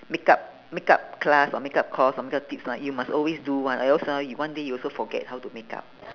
makeup makeup class or makeup course or makeup tips ah you must always do [one] or else ah you one day you also forget how to makeup